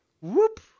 Whoop